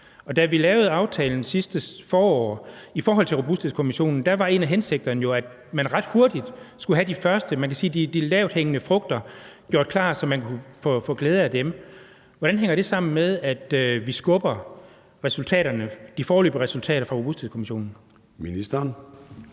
Da vi lavede aftalen i forhold til Robusthedskommissionen sidste forår, var en af hensigterne jo, at man ret hurtigt skulle have de lavthængende frugter gjort klar, så man kunne få glæde af dem. Hvordan hænger det sammen med, at vi skubber de foreløbige resultater fra Robusthedskommissionen?